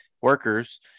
workers